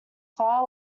far